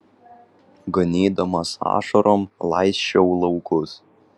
ganydamas ašarom laisčiau laukus